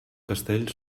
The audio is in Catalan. castell